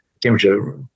temperature